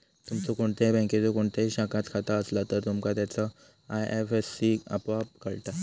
तुमचो कोणत्याही बँकेच्यो कोणत्याही शाखात खाता असला तर, तुमका त्याचो आय.एफ.एस.सी आपोआप कळता